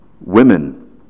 women